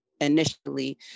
initially